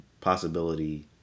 possibility